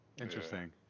Interesting